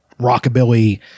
rockabilly